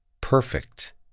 Perfect